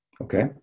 Okay